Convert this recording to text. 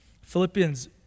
Philippians